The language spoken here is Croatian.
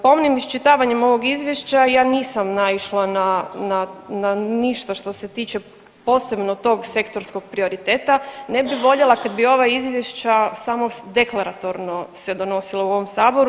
Pomnim iščitavanjem ovog izvješća ja nisam naišla na, na ništa što se tiče posebno tog sektorskog prioriteta, ne bi voljela kad bi ova izvješća samo deklaratorno se donosila u ovom saboru.